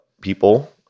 people